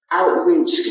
outreach